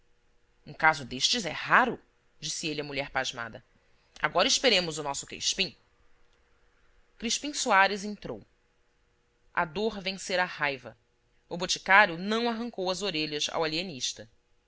um caso destes é raro disse ele à mulher pasmada agora esperemos o nosso crispim crispim soares entrou a dor vencera a raiva o boticário não arrancou as orelhas ao